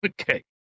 okay